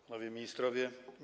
Panowie Ministrowie!